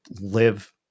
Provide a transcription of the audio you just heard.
live